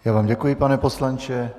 Já vám děkuji, pane poslanče.